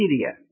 Syria